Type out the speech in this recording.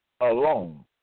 alone